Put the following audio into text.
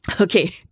Okay